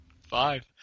Five